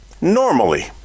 normally